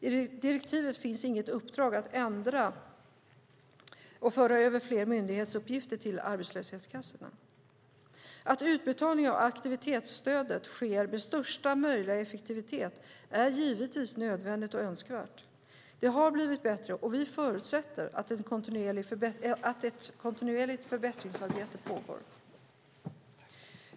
I direktivet finns inget uppdrag att ändra och föra över flera myndighetsuppgifter till arbetslöshetskassorna. Att utbetalning av aktivitetsstödet sker med största möjliga effektivitet är givetvis nödvändigt och önskvärt. Det har blivit bättre och vi förutsätter att ett kontinuerligt förbättringsarbete pågår.